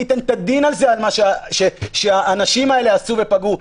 ומי ייתן את הדין על מה שהאנשים האלה עשו ופגעו?